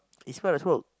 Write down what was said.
it smell like smoke